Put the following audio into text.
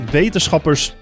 wetenschappers